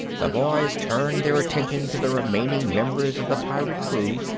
the boys turned their attention to the remaining members of the pirate crew,